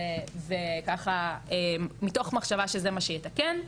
וככה מתוך מחשבה שזה מה שיתקן.